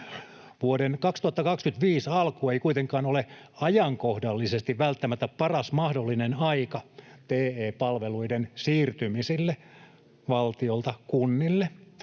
Vuoden 2025 alku ei kuitenkaan ole ajankohdallisesti välttämättä paras mahdollinen aika TE-palveluiden siirtymisille valtiolta kunnille.